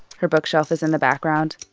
her bookshelf is in the background.